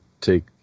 take